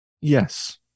Yes